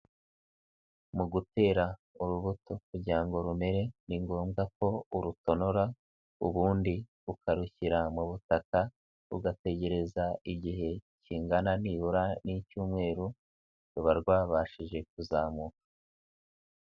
Mu gutera urubuto kugira ngo rumere ni ngombwa ko urutonora, ubundi ukarushyira mu butaka ugategereza igihe kingana nibura n'icyumweru ruba, rwabashije kuzamuka.